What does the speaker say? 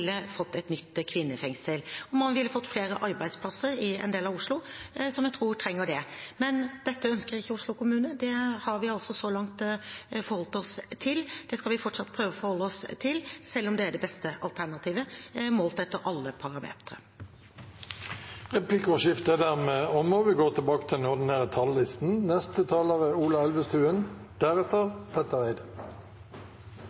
ville fått flere arbeidsplasser i en del av Oslo som jeg tror trenger det. Men dette ønsker ikke Oslo kommune, og det har vi så langt forholdt oss til. Det skal vi fortsatt prøve å forholde oss til, selv om det er det beste alternativet, målt etter alle parametere. Replikkordskiftet er omme.